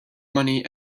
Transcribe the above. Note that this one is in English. money